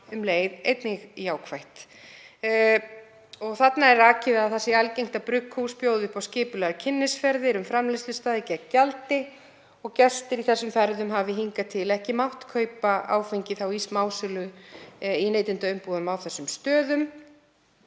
um leið einnig jákvætt. Þarna er rakið að það sé algengt að brugghús bjóði upp á skipulagðar kynnisferðir um framleiðslustaði gegn gjaldi og gestir í þessum ferðum hafi hingað til ekki mátt kaupa áfengi í smásölu í neytendaumbúðum á þessum stöðum.